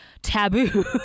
Taboo